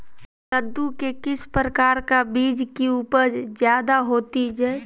कददु के किस प्रकार का बीज की उपज जायदा होती जय?